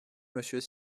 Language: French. monsieur